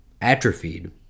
atrophied